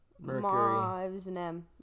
mercury